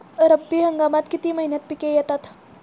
रब्बी हंगामात किती महिन्यांत पिके येतात?